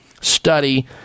study